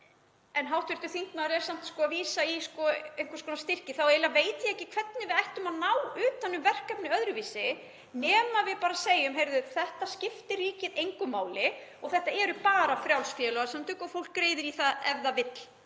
en hv. þingmaður er samt að vísa í einhvers konar styrki — þá eiginlega veit ég ekki hvernig við ættum að ná utan um verkefnið öðruvísi nema við segjum að þetta skipti ríkið engu máli, að þetta séu bara frjáls félagasamtök sem fólk greiðir í ef það vill